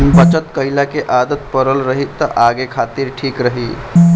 बचत कईला के आदत पड़ल रही त आगे खातिर ठीक रही